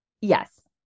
Yes